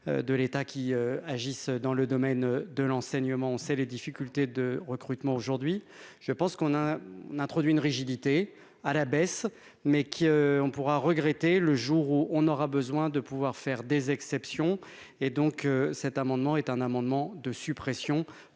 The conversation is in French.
de l'État qui agissent dans le domaine de l'enseignement, on sait les difficultés de recrutement, aujourd'hui je pense qu'on a introduit une rigidité à la baisse, mais qu'on pourra regretter le jour où on aura besoin de pouvoir faire des exceptions et donc cet amendement est un amendement de suppression,